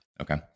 Okay